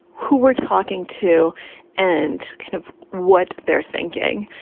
who we're talking to and kind of what they're thinking.